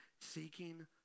seeking